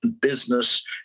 business